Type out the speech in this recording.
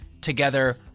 together